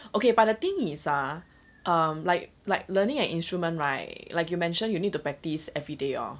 okay but the thing is ah uh like like learning an instrument right like you mentioned you need to practice every day hor